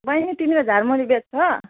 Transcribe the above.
बहिनी तिमीले झालमुरी बेच्छ